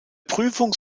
prüfung